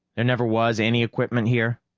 there never was any equipment here?